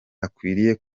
akwiriye